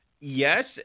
Yes